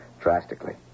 drastically